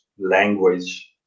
language